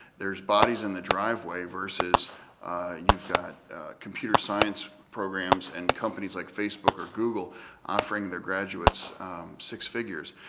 there's bodies in the driveway versus you've got computer science programs and companies like facebook or google offering their graduates six figures.